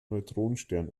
neutronenstern